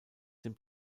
dem